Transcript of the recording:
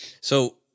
So-